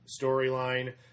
storyline